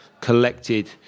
collected